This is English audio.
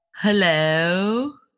hello